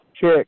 check